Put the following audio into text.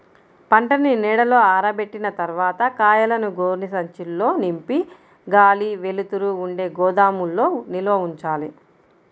పంటని నీడలో ఆరబెట్టిన తర్వాత కాయలను గోనె సంచుల్లో నింపి గాలి, వెలుతురు ఉండే గోదాముల్లో నిల్వ ఉంచాలి